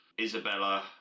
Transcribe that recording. Isabella